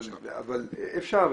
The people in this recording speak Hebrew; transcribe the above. אפשר.